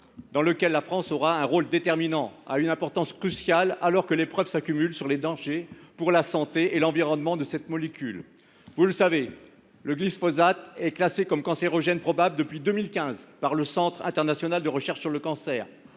dans lequel la France aura un rôle déterminant, a une importance cruciale, alors que les preuves s’accumulent sur les dangers de cette molécule pour la santé et l’environnement. Vous le savez, le glyphosate est classé comme cancérogène probable depuis 2015 par le Centre international de recherche sur le cancer